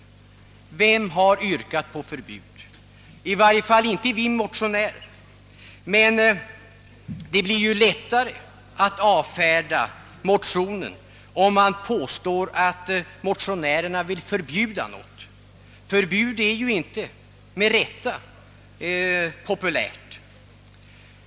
Vem har yrkat på förbud? I varje fall inte vi motionärer. Men det blir ju lättare att avfärda motionen om man påstår att motionärerna vill förbjuda något. Förbud är ju — med rätta — inte populärt.